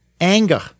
anger